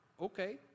okay